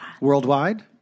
Worldwide